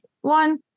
one